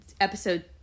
episode